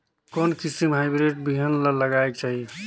कोन किसम हाईब्रिड बिहान ला लगायेक चाही?